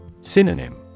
Synonym